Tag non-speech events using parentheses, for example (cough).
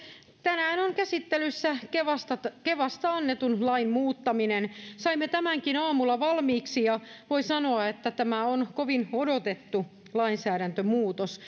tänään on käsittelyssä kevasta kevasta annetun lain muuttaminen saimme tämänkin aamulla valmiiksi ja voin sanoa että tämä on kovin odotettu lainsäädäntömuutos (unintelligible)